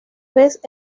vez